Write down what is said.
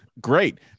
great